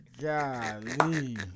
Golly